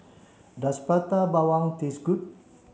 does Prata Bawang taste good